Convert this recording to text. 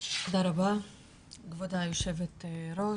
תודה רבה כבוד היו"ר,